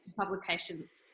publications